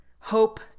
hope